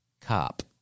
cop